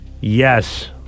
Yes